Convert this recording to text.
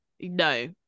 no